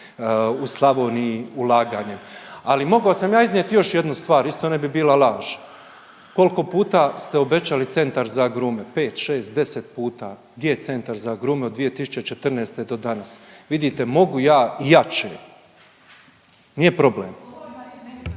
u Slavoniji ulaganjem. Ali mogao sam ja iznijeti još jednu stvar isto ne bi bila laž, kolko puta ste obećali centar za agrume 5, 6, 10 puta? Gdje je centar za agrume od 2014. do danas? Vidite mogu ja i jače, nije problem.